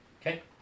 Okay